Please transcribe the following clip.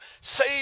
say